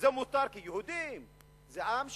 זה מותר, כי יהודים זה עם שנרדף,